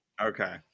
okay